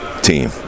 team